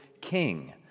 king